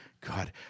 God